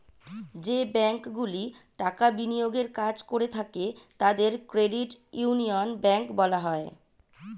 যে ব্যাঙ্কগুলি টাকা বিনিয়োগের কাজ করে থাকে তাদের ক্রেডিট ইউনিয়ন ব্যাঙ্ক বলা হয়